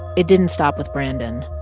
it didn't stop with brandon.